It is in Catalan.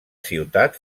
ciutat